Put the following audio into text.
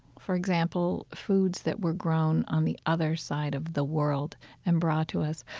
for example, foods that were grown on the other side of the world and brought to us,